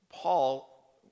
Paul